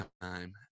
time